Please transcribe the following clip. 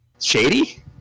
Shady